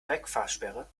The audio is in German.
wegfahrsperre